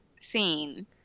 scene